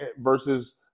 versus